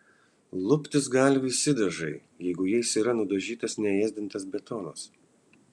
luptis gali visi dažai jeigu jais yra nudažytas neėsdintas betonas